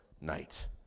night